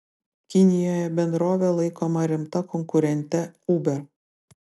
kinijoje bendrovė laikoma rimta konkurente uber